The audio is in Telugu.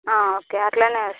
ఆ ఓకే అలానే వేస్తా